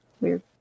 weird